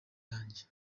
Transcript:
yanjye